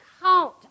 count